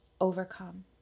overcome